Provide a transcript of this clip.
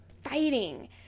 fighting